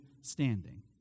standing